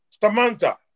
Stamanta